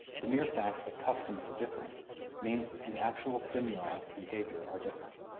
the mere fact that customs are different means that the actual stimuli to behavior are different.